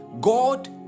god